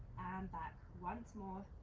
back once more,